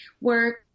work